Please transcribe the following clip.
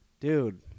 Dude